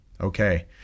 Okay